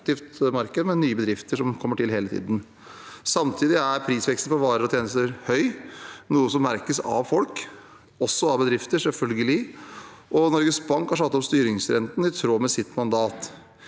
der nye bedrifter kommer til hele tiden. Samtidig er prisveksten på varer og tjenester høy, noe som merkes av folk, og også av bedrifter, selvfølgelig, og Norges Bank har satt opp styringsrenten i tråd med sitt mandat.